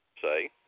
say